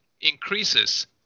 increases